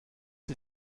die